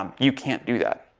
um you can't do that,